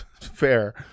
Fair